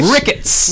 Rickets